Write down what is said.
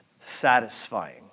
satisfying